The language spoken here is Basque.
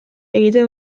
egiten